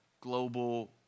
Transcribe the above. global